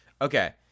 Okay